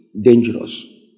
dangerous